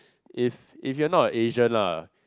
if if you're not a Asian lah